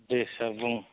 दे सार बुं